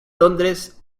londres